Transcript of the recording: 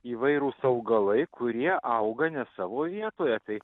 įvairūs augalai kurie auga ne savo vietoje tai